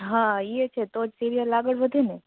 હા ઇએ છે તોજ સિરિયલ આગળ વધેને